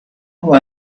who